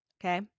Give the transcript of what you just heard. Okay